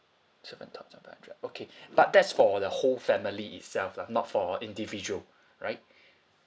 okay but that's for the whole family itself lah not for individual right